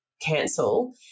cancel